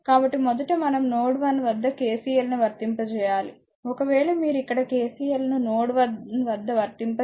కాబట్టి మొదట మనం నోడ్ 1 వద్ద KCL ను వర్తింపచేయాలి ఒకవేళ మీరు ఇక్కడ KCL ను నోడ్ 1 వద్ద వర్తింపజేస్తే ఇది నోడ్ 1